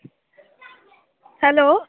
hello